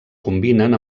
combinen